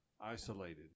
isolated